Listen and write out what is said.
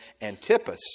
Antipas